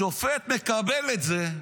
השופט מקבל את זה,